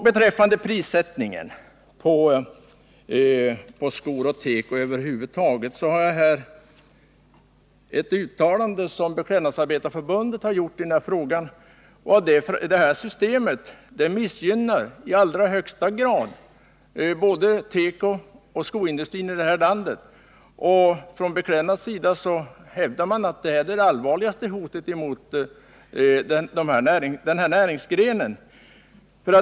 Beträffande prissättningen på skor och tekoprodukter över huvud taget har jag här ett uttalande som Beklädnadsarbetareförbundet gjort i denna fråga. Det nuvarande systemet missgynnar i allra högsta grad både tekoindustrin och skoindustrin i det här landet, och från Beklädnads sida hävdar man att det här är det allvarligaste hotet mot näringsgrenen.